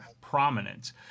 prominent